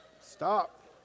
Stop